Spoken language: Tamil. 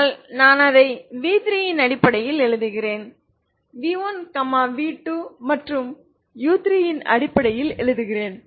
ஆனால் நான் அதை v3 இன் அடிப்படையில் எழுதுகிறேன் v1 v2 மற்றும் u3 இன் அடிப்படையில் எழுதுகிறேன்